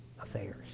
affairs